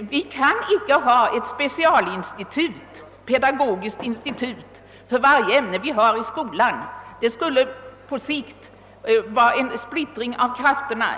Vi kan icke ha ett speciellt pedagogiskt institut för varje ämne i skolan. Det skulle på sikt innebära en splittring av krafterna.